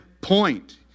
point